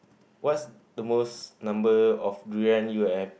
what is the most number of durian you have